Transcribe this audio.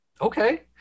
okay